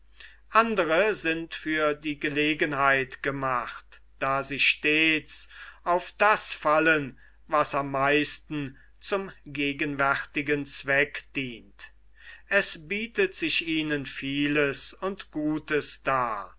andre sind für die gelegenheit gemacht da sie stets auf das fallen was am meisten zum gegenwärtigen zweck dient es bietet sich ihnen vieles und gutes dar